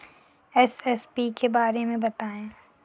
MSP के बारे में बतायें?